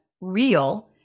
real